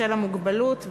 בשל המוגבלות,